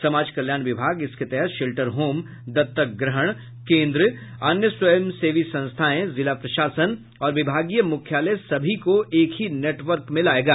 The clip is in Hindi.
समाज कल्याण विभाग इसके तहत शेल्टर होम दत्तक ग्रहण केन्द्र अन्य स्वयंसेवी संस्थाएं जिला प्रशासन और विभागीय मुख्यालय सभी को एक ही नेटवर्क में लायेगा